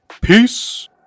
Peace